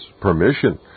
permission